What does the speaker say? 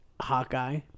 Hawkeye